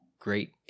great